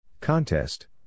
Contest